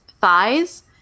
thighs